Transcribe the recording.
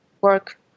work